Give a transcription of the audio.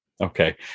Okay